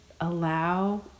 allow